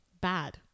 Bad